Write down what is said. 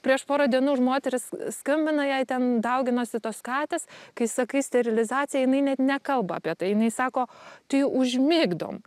prieš porą dienų ir moteris skambina jai ten dauginosi tos katės kai sakai sterilizacija jinai net nekalba apie tai jinai sako tai užmigdom